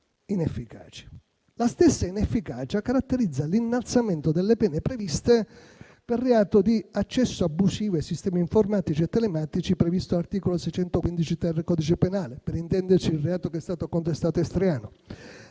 La stessa inefficacia caratterizza l'innalzamento delle pene previste per il reato di accesso abusivo ai sistemi informatici e telematici, previsto dall'articolo 615-*ter* del codice penale - per intenderci, il reato che è stato contestato a Striano